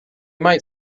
might